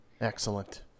excellent